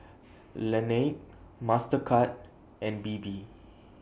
Laneige Mastercard and Bebe